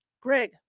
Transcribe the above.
Greg